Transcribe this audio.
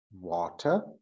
water